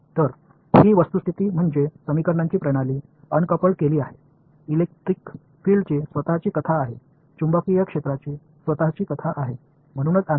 எனவே இந்த ஸ்டாடிக்ஸ் இணைக்கப்படாத சமன்பாடுகளின் அமைப்பு மின்சார புலம் அதன் சொந்த கதையைக் கொண்டுள்ளது காந்தப்புலத்திற்கு அதன் சொந்த கதை இருக்கிறது